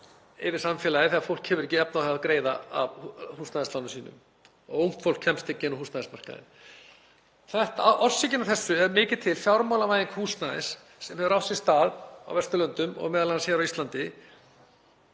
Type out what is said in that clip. yfir samfélagið þegar fólk hefur ekki efni á að greiða af húsnæðislánum sínum og ungt fólk kemst ekki inn á húsnæðismarkaðinn. Orsökin fyrir þessu er mikið til fjármálavæðing húsnæðis sem hefur átt sér stað á Vesturlöndum og m.a. á Íslandi.